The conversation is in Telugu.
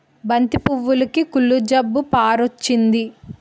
బంతి పువ్వులుకి కుళ్ళు జబ్బు పారొచ్చింది